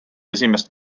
esimest